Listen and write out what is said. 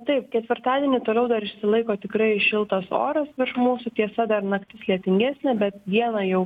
taip ketvirtadienį toliau dar išsilaiko tikrai šiltas oras virš mūsų tiesa dar naktis lietingesnė bet dieną jau